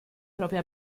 proprie